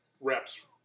reps